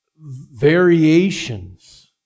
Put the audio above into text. variations